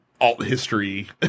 alt-history